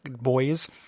boys